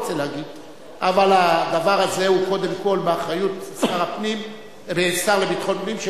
אבל הדבר הזה הוא קודם כול באחריות השר לביטחון פנים,